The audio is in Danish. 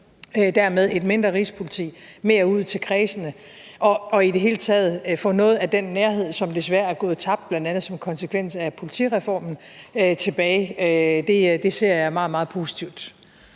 dermed mindske Rigspolitiet, få mere ud til kredsene og i det hele taget få noget af den nærhed tilbage, som desværre er gået tabt, bl.a. som konsekvens af politireformen, ser jeg meget, meget positivt